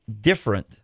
different